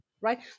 right